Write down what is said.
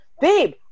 babe